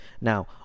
Now